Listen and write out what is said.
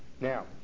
Now